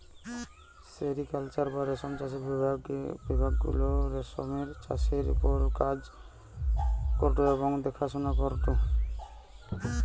sericulture বা রেশম চাষের বিভাগ গুলা রেশমের চাষের ওপর কাজ করঢু এবং দেখাশোনা করঢু